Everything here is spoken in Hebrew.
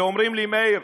ואומרים לי: מאיר,